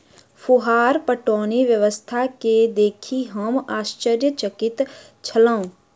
फुहार पटौनी व्यवस्था के देखि हम आश्चर्यचकित छलौं